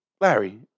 Larry